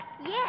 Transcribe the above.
Yes